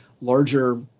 larger